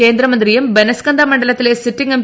കേന്ദ്രമന്ത്രിയും ബനസ്കന്ദ മണ്ഡ്ലത്തിലെ sitting M